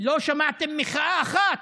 לא שמעתם מחאה אחת